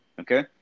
Okay